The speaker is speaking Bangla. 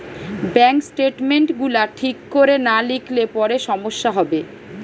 ব্যাংক স্টেটমেন্ট গুলা ঠিক কোরে না লিখলে পরে সমস্যা হবে